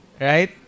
right